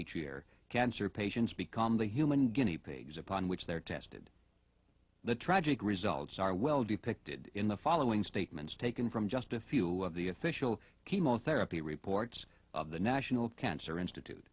each year cancer patients become the human guinea pigs upon which they are tested the tragic results are well depicted in the following statements taken from just a few of the official chemotherapy reports of the national cancer institute